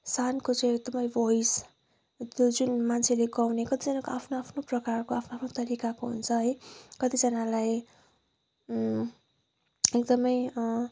शानको चाहिँ एकदमै भोइस त्यो जुन मान्छेले गाउने कतिजनाको आफ्नो आफ्नो प्रकारको आफ्नो आफ्नो तरिकाको हुन्छ है कतिजनालाई एकदमै